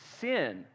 sin